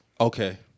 Okay